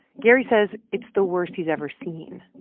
gary says it's the worst he's ever seen.